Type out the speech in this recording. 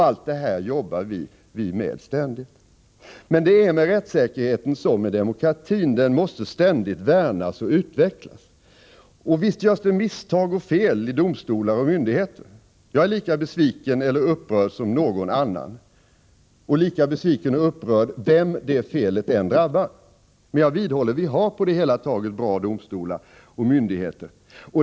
Allt detta är sådant som vi ständigt arbetar med. Men det är med rättssäkerheten som med demokratin: den måste ständigt värnas och utvecklas. Och visst görs det misstag och fel i domstolar och myndigheter! När sådant sker är jag lika besviken och upprörd som någon annan, vem felet än drabbar. Men jag vidhåller att vi på det hela taget har bra domstolar och myndigheter.